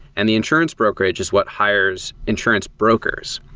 and the insurance brokerage is what hires insurance brokers,